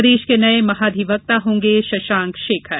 प्रदेश के नये महाधिवक्ता होंगें शशांक शेखर